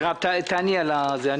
מירב קדם תענה על השאלה אבל לפני כן,